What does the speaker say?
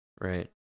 right